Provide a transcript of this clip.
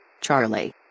Charlie